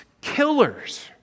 killers